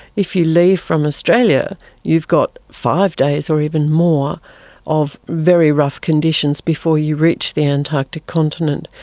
if you leave from australia you've got five days or even more of very rough conditions before you reach the antarctic continent.